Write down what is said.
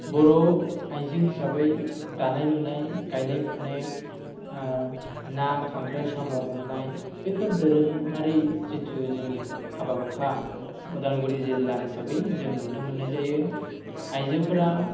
बर' आइजो हिसाबै दानाय लुनाय गायनाय फुनाय ना खांख्राइ साम' हमनाय बेफोर दोरङारि जितु जोंनि हाबा हुखा उदालगुरि जिल्ला हिसाबै जों नुनो मोननाय जायो आइजोफोरा